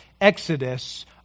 Exodus